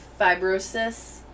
fibrosis